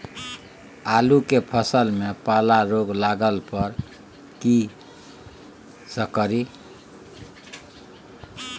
आलू के फसल मे पाला रोग लागला पर कीशकरि?